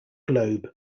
globe